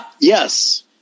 yes